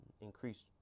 increase